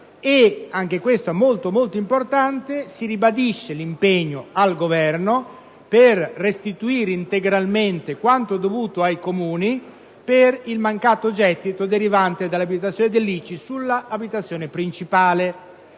anche questo molto è importante - l'impegno al Governo a restituire integralmente quanto dovuto ai Comuni per il mancato gettito derivante dall'abolizione dell'ICI sull'abitazione principale.